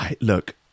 Look